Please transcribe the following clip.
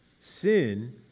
Sin